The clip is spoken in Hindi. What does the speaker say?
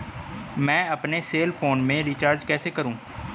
मैं अपने सेल फोन में रिचार्ज कैसे करूँ?